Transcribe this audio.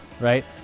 right